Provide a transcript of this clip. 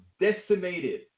decimated